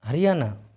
Haryana